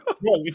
Bro